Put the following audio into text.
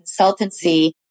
consultancy